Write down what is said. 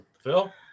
Phil